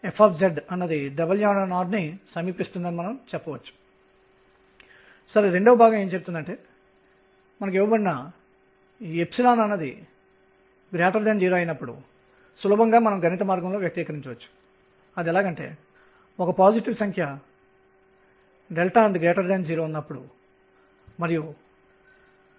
n వ స్థాయిలో energy n h nu గా ఇవ్వబడిందని మనము కనుగొన్నాము ఇది అంతకుముందు వివరించిన బ్లాక్ బాడీ స్పెక్ట్రమ్ కృష్ణ వస్తువు వర్ణపటంతో సరిపోలింది